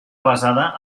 basada